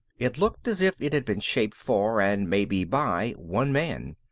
it looked as if it had been shaped for, and maybe by one man.